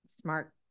smart